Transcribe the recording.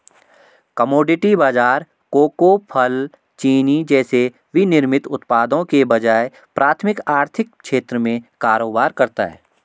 commodity बाजार cocoa, फल, चीनी जैसे विनिर्मित उत्पादों के बजाय प्राथमिक आर्थिक क्षेत्र में कारोबार करता है